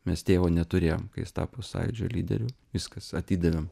mes tėvo neturėjom kai jis tapo sąjūdžio lyderiu viskas atidavėm